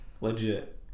legit